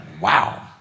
wow